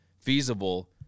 feasible